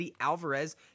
Alvarez